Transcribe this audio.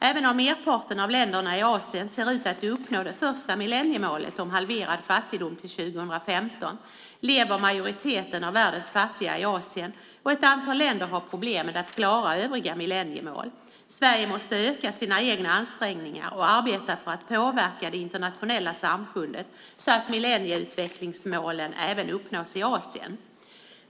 Även om merparten av länderna i Asien ser ut att uppnå det första millenniemålet om halverad fattigdom till 2015 lever majoriteten av världens fattiga i Asien, och ett antal länder har problem med att klara övriga millenniemål. Sverige måste öka sina egna ansträngningar och arbeta för att påverka det internationella samfundet så att millennieutvecklingsmålen även uppnås i Asien.